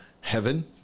heaven